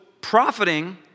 profiting